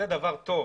זה דבר טוב,